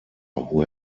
who